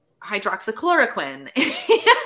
hydroxychloroquine